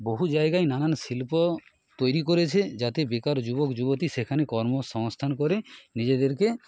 বহু জায়গায় নানান শিল্প তৈরি করেছে যাতে বেকার যুবক যুবতী সেখানে কর্মসংস্থান করে নিজেদেরকে